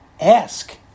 Ask